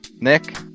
Nick